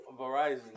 Verizon